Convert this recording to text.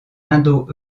indo